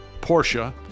Porsche